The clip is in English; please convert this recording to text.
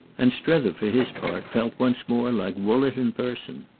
and strether for his part, felt once more like woollett in person.